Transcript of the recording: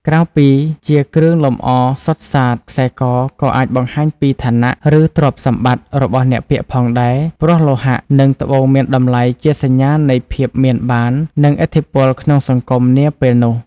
ក្រៅពីជាគ្រឿងលម្អសុទ្ធសាធ ខ្សែ ក ក៏អាចបង្ហាញពីឋានៈ ឬទ្រព្យសម្បត្តិ របស់អ្នកពាក់ផងដែរ ព្រោះលោហៈ និងត្បូងមានតម្លៃជាសញ្ញានៃភាពមានបាន និងឥទ្ធិពលក្នុងសង្គមនាពេលនោះ។